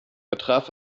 betraf